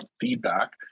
feedback